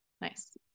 Nice